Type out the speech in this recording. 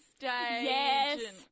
Yes